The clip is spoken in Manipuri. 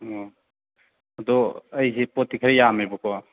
ꯑꯣ ꯑꯗꯣ ꯑꯩꯁꯦ ꯄꯣꯠꯇꯤ ꯈꯔ ꯌꯥꯝꯃꯦꯕꯀꯣ